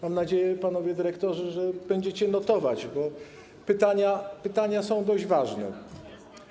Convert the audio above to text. Mam nadzieję, panowie dyrektorzy, że będziecie notować, bo pytania są dość ważne.